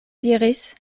diris